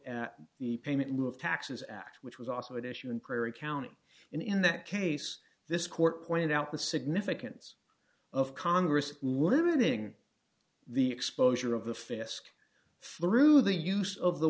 at the payment move taxes act which was also an issue in prairie county and in that case this court pointed out the significance of congress woman ng the exposure of the fisc through the use of the